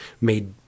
made